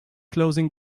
closing